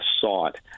sought